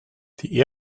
die